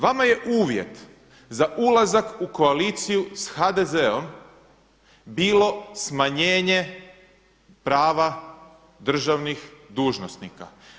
Vama je uvjet za ulazak u koaliciju s HDZ-om bilo smanjenje prava državnih dužnosnika.